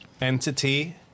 entity